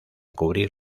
cubrir